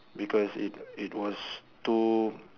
because it it was too